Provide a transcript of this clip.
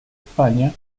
españa